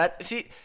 See